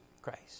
Christ